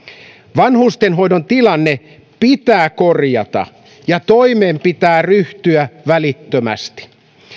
vanhustenhoidon tilanne pitää korjata ja toimeen pitää ryhtyä välittömästi